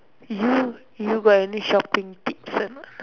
you you got any shopping tips or not